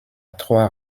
trois